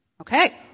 okay